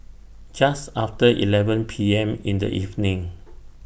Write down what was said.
Just after eleven P M in The evening